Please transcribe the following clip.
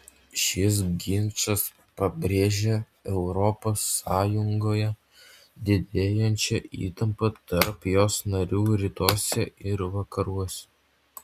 šis ginčas pabrėžė europos sąjungoje didėjančią įtampą tarp jos narių rytuose ir vakaruose